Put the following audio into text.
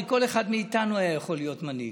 הרי כל אחד מאיתנו היה יכול להיות מנהיג.